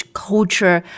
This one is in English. culture